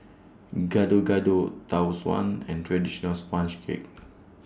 Gado Gado Tau Suan and Traditional Sponge Cake